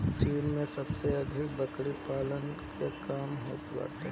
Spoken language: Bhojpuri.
चीन में सबसे अधिक बकरी पालन के काम होत बाटे